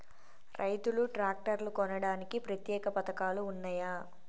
రైతులు ట్రాక్టర్లు కొనడానికి ప్రత్యేక పథకాలు ఉన్నయా?